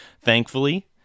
thankfully